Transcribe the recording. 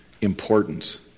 importance